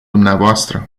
dumneavoastră